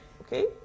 okay